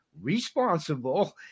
responsible